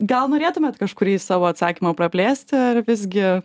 gal norėtumėt kažkurį savo atsakymą praplėsti ar visgi